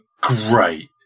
great